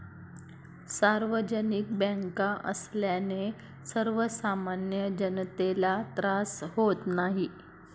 सार्वजनिक बँका असल्याने सर्वसामान्य जनतेला त्रास होत नाही